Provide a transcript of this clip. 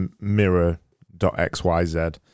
mirror.xyz